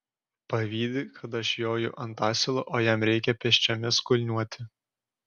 pavydi kad aš joju ant asilo o jam reikia pėsčiomis kulniuoti